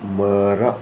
ಮರ